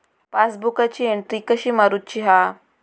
पासबुकाची एन्ट्री कशी मारुची हा?